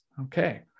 okay